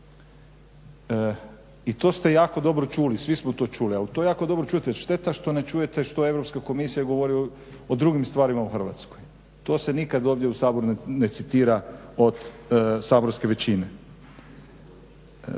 i to ste jako dobro čuli, svi smo to čuli. Ali to je jako dobro čuti. Ali šteta što ne čujete što Europska komisija govori o drugim stvarima u Hrvatskoj. To se nikad ovdje u Saboru ne citira od saborske većine.